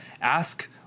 ask